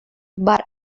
but